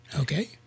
Okay